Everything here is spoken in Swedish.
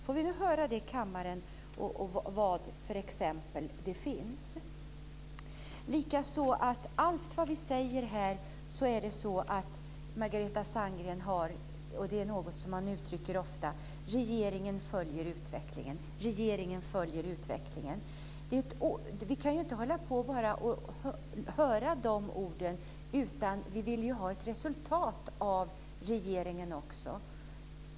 Får vi höra nu i kammaren vilka exempel som finns! Som svar på allt vad vi säger här säger Margareta Sandgren: Regeringen följer utvecklingen. Det är något som man uttrycker ofta. Men vi kan ju inte bara hålla på och höra de orden, utan vi vill ha ett resultat av regeringen också.